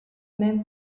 même